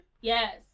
Yes